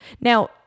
Now